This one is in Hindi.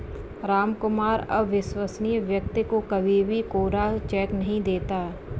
रामकुमार अविश्वसनीय व्यक्ति को कभी भी कोरा चेक नहीं देता